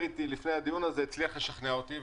איתי לפני הדיון הזה הצליח לשכנע אותי,